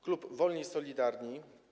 Klub Wolni i Solidarni.